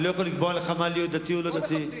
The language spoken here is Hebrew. אני לא יכול לקבוע לך להיות דתי או לא דתי.